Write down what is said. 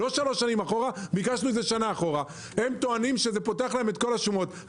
הם טוענים שזה פותח להם את כל השומות.